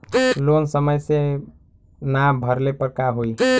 Loan समय से ना भरले पर का होयी?